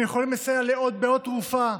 הם יכולים לסייע בעוד תרופה,